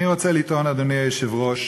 אני רוצה לטעון, אדוני היושב-ראש,